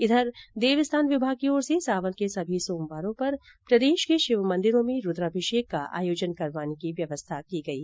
इघर देवस्थान विमाग की ओर से सावन के सभी सोमवारों पर प्रदेश के शिव मन्दिरों में रूद्राभिषेक का आयोजन करवाने की व्यवस्था की गई है